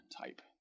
type